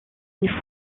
une